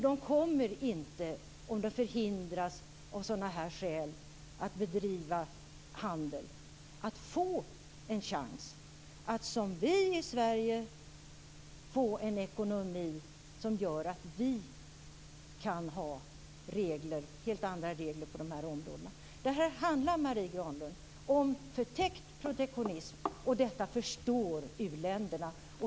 De kommer inte, om de förhindras att bedriva handel av sådana här skäl, att få en chans att skapa en ekonomi som vår. Vi har i Sverige en ekonomi som gör att vi kan ha helt andra regler på dessa områden. Det handlar, Marie Granlund, om förtäckt protektionism, och detta förstår u-länderna.